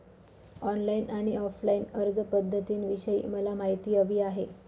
online आणि offline अर्जपध्दतींविषयी मला माहिती हवी आहे